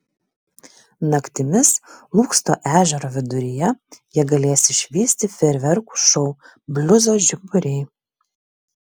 naktimis lūksto ežero viduryje jie galės išvysti fejerverkų šou bliuzo žiburiai